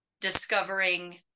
discovering